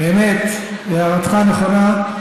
אמת, הערתך נכונה.